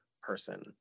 person